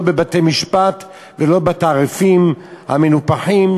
לא בבתי-משפט ולא עם התעריפים המנופחים,